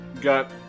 got